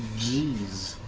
jeez.